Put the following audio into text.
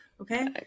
okay